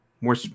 more